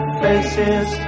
faces